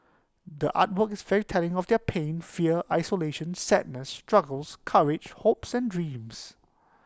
the art work is telling of their pain fear isolation sadness struggles courage hopes and dreams